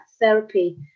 therapy